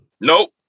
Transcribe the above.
Nope